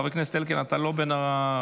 חבר הכנסת אלקין, אתה לא בין המבקשים,